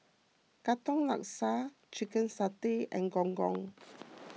Katong Laksa Chicken Satay and Gong Gong